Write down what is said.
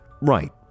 Right